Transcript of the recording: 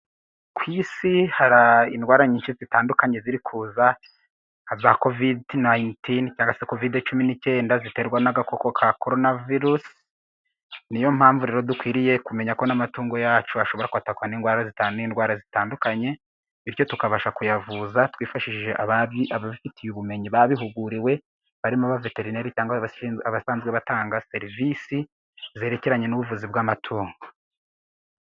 Ku isi hari indwara nyinshi zitandukanye ziri kuza. Nka za covid nayintini cyangwa covid cumi'ikenda ziterwa n'agakoko ka koronavirusi. Ni yo mpamvu rero dukwiriye kumenya ko n'amatungo yacu ashobora kwatakwa n'indwara zitandukanye, bityo tukabasha kuyavuza twifashishije ababyize, ababifitiye ubumenyi babihuguriwe, barimo veterineri cyangwa abasanzwe batanga serivisi zerekeranye n'ubuvuzi bw'amatungo.